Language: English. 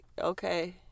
okay